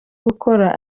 gukora